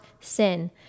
sin